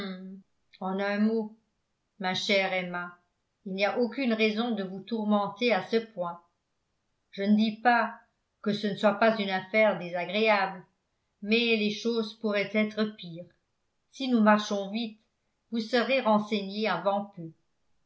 en un mot ma chère emma il n'y a aucune raison de vous tourmenter à ce point je ne dis pas que ce ne soit pas une affaire désagréable mais les choses pourraient être pires si nous marchons vite vous serez renseignée avant peu